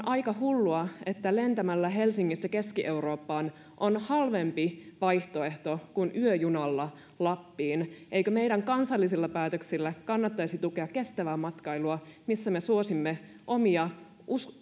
aika hullua että lentäminen helsingistä keski eurooppaan on halvempi vaihtoehto kuin yöjuna lappiin eikö meidän kansallisilla päätöksillä kannattaisi tukea kestävää matkailua missä me suosimme omia